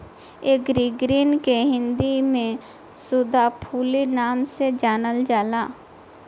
evergreen के हिंदी में सदाफुली नाम से जानल जाला